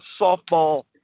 softball –